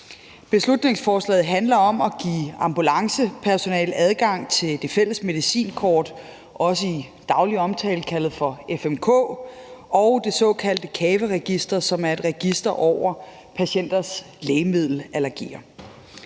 Beslutningsforslaget handler om at give ambulancepersonale adgang til det fælles medicinkort, i daglig tale også kaldet FMK, og det såkaldte CAVE-register, som er et register over patienters lægemiddelallergier.